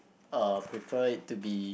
uh prefer it to be